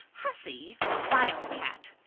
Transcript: hussy! wild cat!